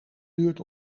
duurt